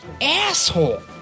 Asshole